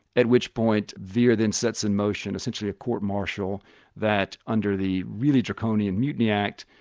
at which point, vere then sets in motion essentially a court martial that under the really draconian mutiny act,